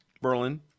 Berlin